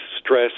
stress